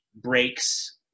breaks